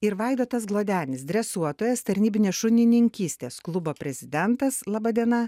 ir vaidotas glodenis dresuotojas tarnybinės šunininkystės klubo prezidentas labadiena